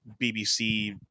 bbc